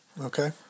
Okay